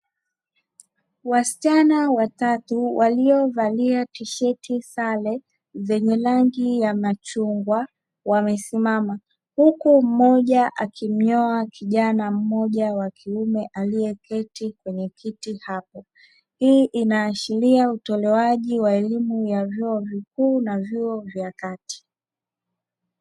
Wasichana watatu walio valia tisheti sare zenye rangi ya machungwa wamesimama huku mmoja akimnyoa kijana mmoja wa kiume aliyeketi kwenye kiti hapo, hii ina ashiria utolewaji wa elimu ya vyuo vikuu na vyuo vya kati.